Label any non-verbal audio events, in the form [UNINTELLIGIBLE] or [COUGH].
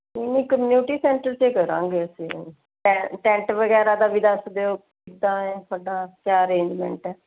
ਨਹੀਂ ਨਹੀਂ community centre 'ਚ ਕਰਾਂਗੇ ਅਸੀਂ ਤਾਂ [UNINTELLIGIBLE] ਟੈਂਟ ਵਗੈਰਾ ਦਾ ਵੀ ਦੱਸ ਦਿਉ ਕਿੱਦਾਂ ਹੈ ਤੁਹਾਡਾ ਕਿਆ ਅਰੇਂਜਮੈਂਟ ਹੈ